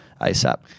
ASAP